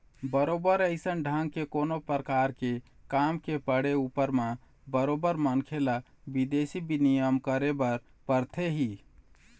बरोबर अइसन ढंग के कोनो परकार के काम के पड़े ऊपर म बरोबर मनखे ल बिदेशी बिनिमय करे बर परथे ही